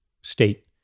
state